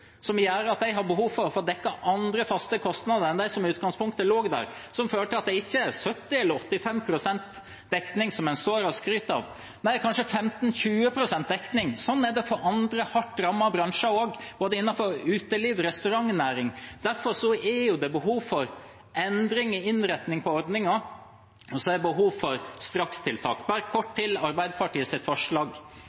som gjør at de har behov for å få dekket andre faste kostnader enn dem som lå der i utgangspunktet, som fører til at det ikke er 70 eller 85 pst. dekning, som en står her og skryter av, men kanskje 15–20 pst. dekning. Slik er det også for andre hardt rammede bransjer, innenfor både utelivs- og restaurantnæringen. Derfor er det jo behov for endring av innretningen i ordningen, og det er behov for strakstiltak. Bare kort